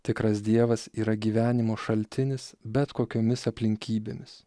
tikras dievas yra gyvenimo šaltinis bet kokiomis aplinkybėmis